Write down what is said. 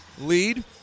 lead